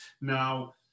Now